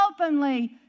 openly